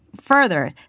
further